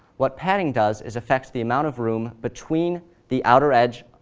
what padding does is affect the amount of room between the outer edge,